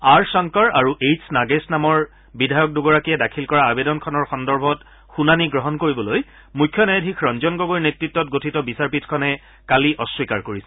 R Shankar আৰু H Nagesh নামৰ বিধায়ক দুগৰাকীয়ে দাখিল কৰা আৰেদনখনৰ সন্দৰ্ভত শুনানি গ্ৰহণ কৰিবলৈ মুখ্য ন্যায়াধীশ ৰঞ্জন গগৈৰ নেত্ৰত্ত গঠিত বিচাৰপীঠখনে কালি অস্বীকাৰ কৰিছিল